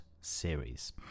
series